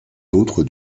d’autre